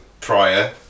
prior